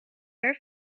her